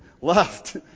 left